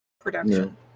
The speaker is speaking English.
Production